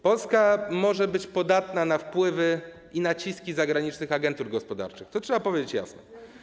Polska może być podatna na wpływy i naciski zagranicznych agentur gospodarczych - to trzeba powiedzieć jasno.